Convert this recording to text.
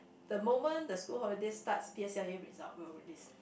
the moment the school holiday starts P_S_L_E result will release